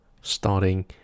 starting